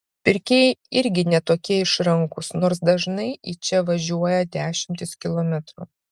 pirkėjai irgi ne tokie išrankūs nors dažnai į čia važiuoja dešimtis kilometrų